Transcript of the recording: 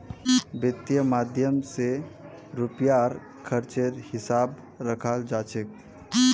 वित्त माध्यम स रुपयार खर्चेर हिसाब रखाल जा छेक